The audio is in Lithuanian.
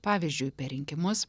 pavyzdžiui per rinkimus